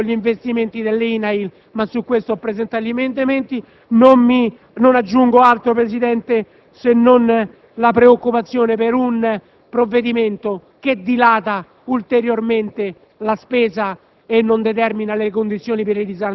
Altre questioni riguardano gli investimenti dell'INAIL, ma su questo ho presentato degli emendamenti. Non aggiungo altro, signor Presidente, se non la preoccupazione per un provvedimento che dilata ulteriormente la spesa